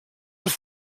dels